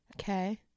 Okay